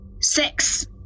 Six